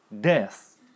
death